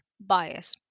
bias